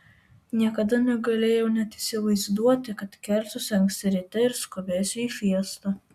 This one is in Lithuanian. niekada negalėjau net įsivaizduoti kad kelsiuosi anksti ryte ir skubėsiu į fiestą